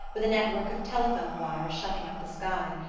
with a network of telephone wires shutting out the sky,